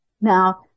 Now